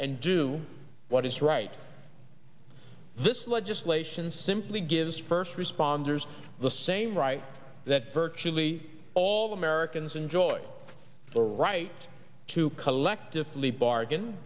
and do what is right this legislation simply gives first responders the same rights that virtually all americans enjoy the right to collectively bargain